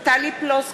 בהצבעה טלי פלוסקוב,